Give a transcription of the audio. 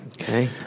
Okay